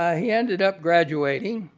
ah he ended up graduating,